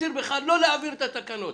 מפציר בך לא להעביר את התקנות.